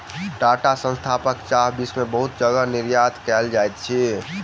टाटा संस्थानक चाह विश्व में बहुत जगह निर्यात कयल जाइत अछि